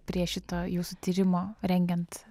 prie šito jūsų tyrimo rengiant